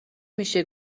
میشه